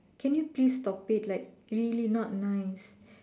can you please stop it like really not nice